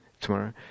tomorrow